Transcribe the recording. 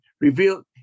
revealed